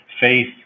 faith